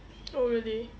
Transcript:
oh really